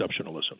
exceptionalism